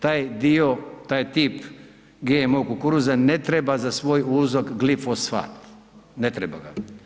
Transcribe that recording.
Taj dio, taj tip GMO kukuruza ne treba za svoj .../nerazumljivo/... glifosfat, ne treba ga.